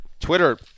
Twitter